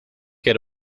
get